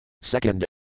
second